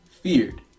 feared